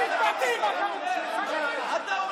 בהינתן שחבר הכנסת מנסור עבאס הודיע מייד --- לא נכון.